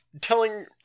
telling